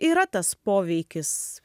yra tas poveikis